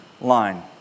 line